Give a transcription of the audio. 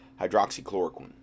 hydroxychloroquine